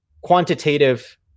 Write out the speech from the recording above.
quantitative